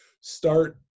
Start